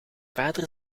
vader